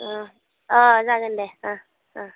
अ जागोन दे